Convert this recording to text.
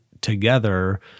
together